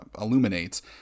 illuminates